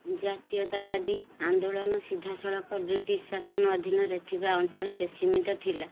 ଜାତୀୟତାବାଦୀ ଆନ୍ଦୋଳନ ସିଧାସଳଖ ବ୍ରିଟିଶ ଶାସନ ଅଧୀନରେ ଥିବା ଅଞ୍ଚଳରେ ସୀମିତ ଥିଲା